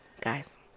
Guys